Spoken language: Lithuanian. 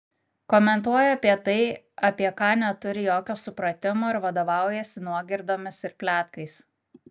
komentuoja apie tai apie ką neturi jokio supratimo ir vadovaujasi nuogirdomis ir pletkais